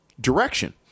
direction